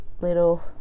little